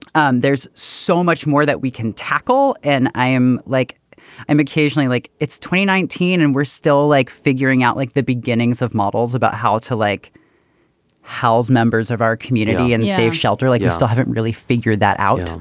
and there's so much more that we can tackle. and i am like i'm occasionally like it's nineteen and we're still like figuring out like the beginnings of models about how to like house members of our community and save shelter. like you still haven't really figured that out.